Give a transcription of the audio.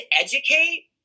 educate